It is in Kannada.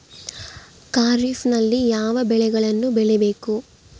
ಖಾರೇಫ್ ನಲ್ಲಿ ಯಾವ ಬೆಳೆಗಳನ್ನು ಬೆಳಿಬೇಕು?